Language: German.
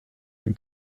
den